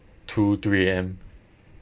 two three A_M